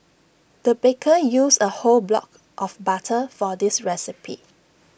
the baker used A whole block of butter for this recipe